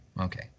Okay